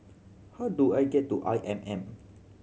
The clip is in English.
how do I get to I M M